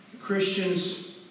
Christians